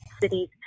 cities